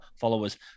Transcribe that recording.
followers